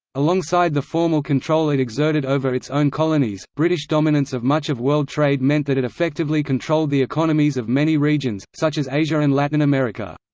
alongside the formal control it exerted over its own colonies, british dominance of much of world trade meant that it effectively controlled the economies of many regions, such as asia and latin america.